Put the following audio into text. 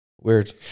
Weird